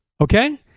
Okay